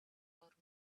are